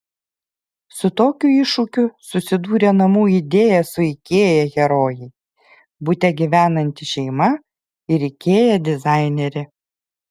su tokiu iššūkiu susidūrė namų idėja su ikea herojai bute gyvenanti šeima ir ikea dizainerė